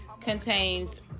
contains